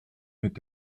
mit